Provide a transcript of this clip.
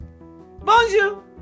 Bonjour